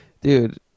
dude